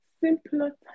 Simpler